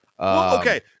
Okay